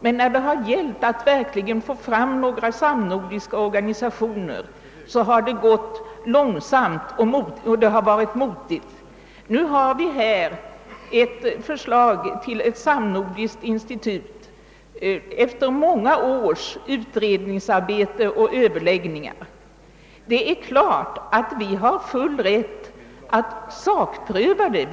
Men när det har gällt att verkligen få fram någon samnordisk organisation har det gått långsamt och det har varit motigt. Efter många års utredningsarbete och överläggningar föreligger nu ett förslag till ett samnordiskt institut. Det är klart att vi har full rätt att sakpröva detta förslag.